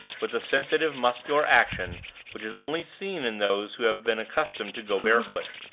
with the sensitive muscular action which is only seen in those who have been accustomed to go barefoot.